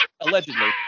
Allegedly